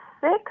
six